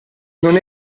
non